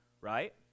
Right